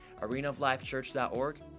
arenaoflifechurch.org